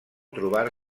trobar